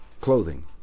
clothing